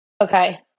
Okay